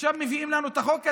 עכשיו מביאים לנו את החוק הזה,